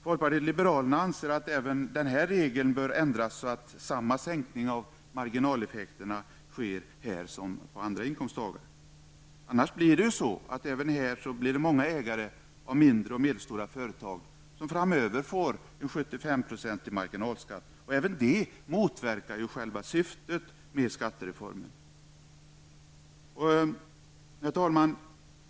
Folkpartiet liberalerna anser att även denna regel bör ändras så att samma sänkning av marginaleffekterna sker här som för andra inkomsttagare. Annars blir det även här många ägare av mindre och medelstora företag som får 75 % i marginalskatt framöver. Även detta motverkar ju själva syftet med skattereformen. Herr talman!